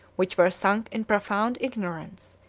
which were sunk in profound ignorance,